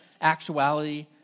actuality